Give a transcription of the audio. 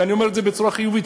ואני אומר את זה בצורה חיובית,